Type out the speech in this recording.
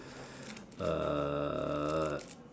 uh